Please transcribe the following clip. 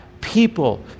people